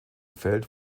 feld